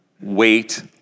Wait